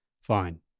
fine